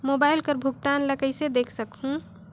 Mobile कर भुगतान ला कइसे देख सकहुं?